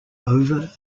over